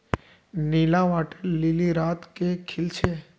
नीला water lily रात के खिल छे